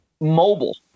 mobile